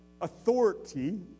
authority